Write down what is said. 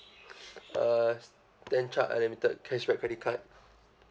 uh stan chart unlimited cashback credit card